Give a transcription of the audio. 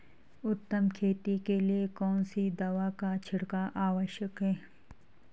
उत्तम खेती के लिए कौन सी दवा का छिड़काव आवश्यक है?